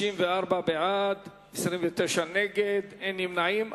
54 בעד, 29 נגד, אין נמנעים.